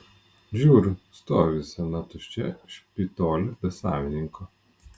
žiūriu stovi sena tuščia špitolė be savininko